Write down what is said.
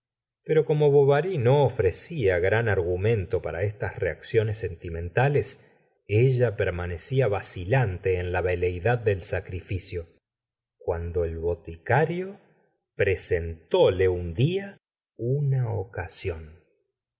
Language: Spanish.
pero como bovary no ofrecía gran argumento para estas reacciones sentimentales ella permanecía vacilante en la veleidad del sacrificio cuando el boticario presentóle un día una ocasión